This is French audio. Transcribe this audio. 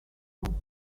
embrun